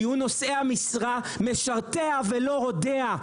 אמר: במדינתנו יהיו נושאי המשרה משרתיה ולא רודיה.